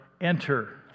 enter